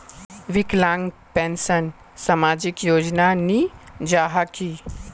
विकलांग पेंशन सामाजिक योजना नी जाहा की?